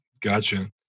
gotcha